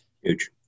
Huge